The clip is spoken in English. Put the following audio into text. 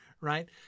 right